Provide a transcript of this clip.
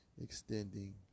extending